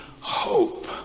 hope